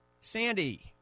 Sandy